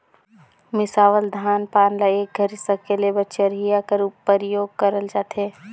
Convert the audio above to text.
मिसावल धान पान ल एक घरी सकेले बर चरहिया कर परियोग करल जाथे